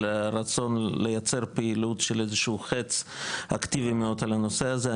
רצון לייצר פעילות של איזשהו חץ אקטיבי מאוד על הנושא הזה.